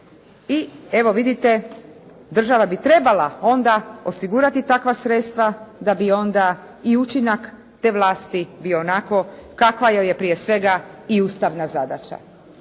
i evo vidite država bi trebala onda osigurati takva sredstva da bi onda i učinak te vlasti bio onako kakva joj je prije svega i ustavna zadaća.